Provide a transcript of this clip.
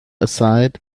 aside